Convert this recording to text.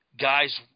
Guys